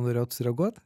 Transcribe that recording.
norėjot sureaguot